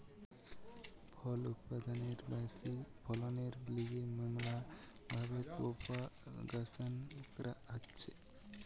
ফল উৎপাদনের ব্যাশি ফলনের লিগে ম্যালা ভাবে প্রোপাগাসন ক্যরা হতিছে